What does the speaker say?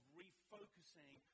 refocusing